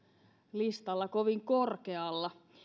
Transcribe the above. listalla kovin korkealla